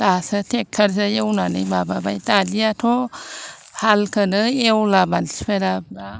दासो टेक्ट'रजों एवनानै माबाबाय दानियाथ' हालखौनो एवला मानसिफोरा बांसिन